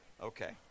Okay